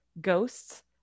ghosts